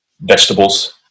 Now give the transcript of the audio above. vegetables